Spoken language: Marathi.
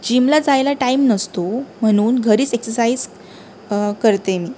जिमला जायला टाईम नसतो म्हणून घरीच एक्सरसाईज करते मी